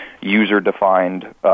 user-defined